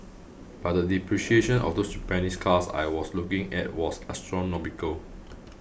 but the depreciation of those Japanese cars I was looking at was astronomical